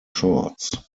shorts